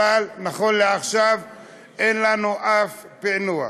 אבל נכון לעכשיו אין לנו שום פענוח.